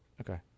okay